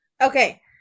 Okay